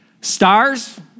Stars